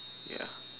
ya